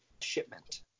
Shipment